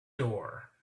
door